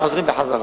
הם חוזרים שוב.